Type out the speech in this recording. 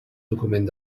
document